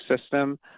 system